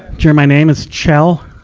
sure. my name is kjell.